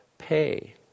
pay